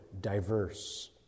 Diverse